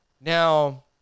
Now